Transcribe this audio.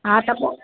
हा त पोइ